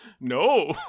No